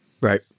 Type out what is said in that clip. Right